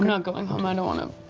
not going home, i don't want to